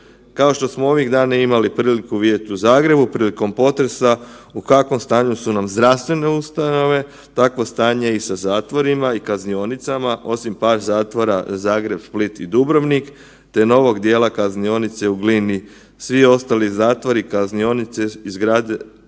Kao što smo ovih dana imali priliku vidjeti u Zagrebu, prilikom potresa, u kakvom stanju su nam zdravstvene ustanove, takvo stanje je i sa zatvorima i kaznionicama, osim par zatvora, Zagreb, Split i Dubrovnik te novog dijela Kaznionice u Glini. Svi ostali zatvori, kaznionice, rađene